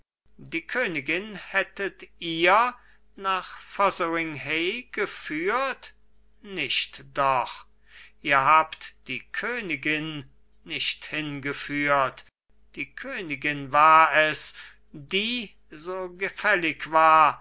die königin hättet ihr nach fotheringhay geführt nicht doch ihr habt die königin nicht hingeführt die königin war es die so gefällig war